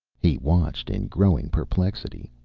he watched in growing perplexity.